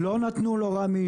רמ"י לא נתנו לו אישור.